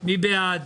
מי בעד?